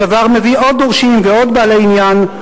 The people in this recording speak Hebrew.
הדבר מביא עוד דורשים ועוד בעלי עניין,